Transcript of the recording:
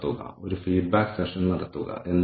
ചിലപ്പോൾ അത് നിങ്ങളുടെ നിയന്ത്രണത്തിന് പുറത്തായിരിക്കാം